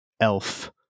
elf